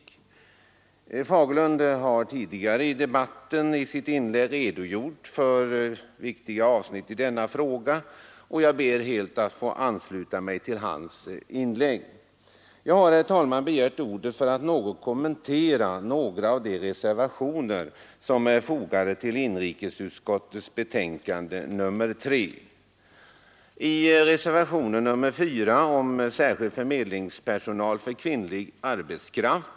Herr Fagerlund har tidigare i debatten redogjort för viktiga avsnitt i denna fråga, och jag ber att helt få ansluta mig till hans inlägg. Jag har, herr talman, begärt ordet för att något kommentera några av de reservationer som är fogade till inrikesutskottets betänkande nr 3. Reservationen 4 gäller särskild förmedlingspersonal för kvinnlig arbetskraft.